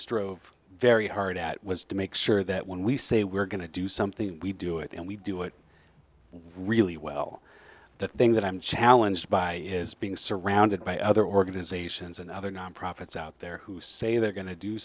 strove very hard at was to make sure that when we say we're going to do something we do it and we do it was really well the thing that i'm challenged by is being surrounded by other organizations and other nonprofits out there who say they're going to do